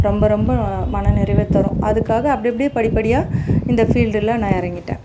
ரொம்ப ரொம்ப மனநிறைவை தரும் அதுக்காக அப்படி இப்படி படிப்படியாக இந்த ஃபீல்டில் நான் இறங்கிட்டேன்